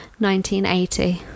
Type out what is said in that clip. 1980